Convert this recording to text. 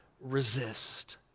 resist